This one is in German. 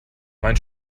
mein